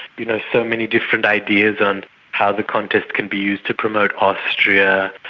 you know so many different ideas on how the contest can be used to promote austria,